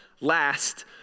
last